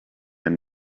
and